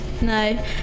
No